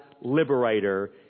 liberator